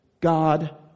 God